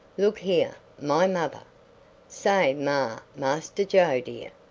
look here my mother say ma, master joe, dear.